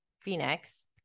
Phoenix